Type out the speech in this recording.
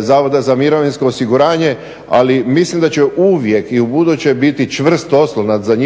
Zavoda za mirovinsko osiguranje, ali mislim da će uvijek i ubuduće biti čvrst oslonac za